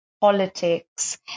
politics